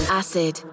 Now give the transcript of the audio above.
acid